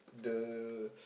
the